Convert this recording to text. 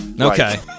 Okay